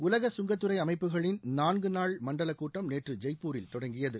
உலக கங்கத்துறை அமைப்புகளின் நான்கு நாள் மண்டல கூட்டம் நேற்று ஜெய்ப்பூரில் தொடங்கியது